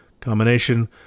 combination